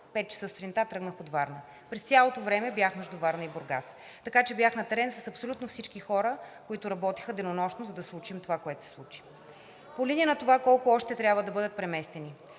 пет часа сутринта тръгнах от Варна. През цялото време бях между Варна и Бургас, така че бях на терен с абсолютно всички хора, които работиха денонощно, за да случим това, което се случи. По линия на това колко още трябва да бъдат преместени?